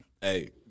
Hey